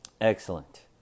Excellent